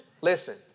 listen